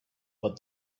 but